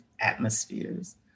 atmospheres